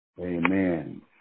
Amen